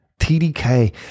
TDK